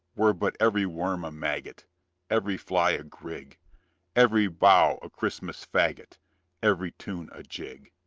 were but every worm a maggoty every fly a grig every bough a christmas faggot every tune a jig!